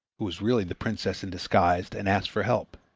who was really the princess in disguise, and asked for help.